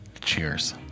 Cheers